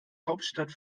hauptstadt